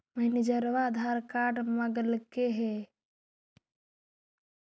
मैनेजरवा आधार कार्ड मगलके हे?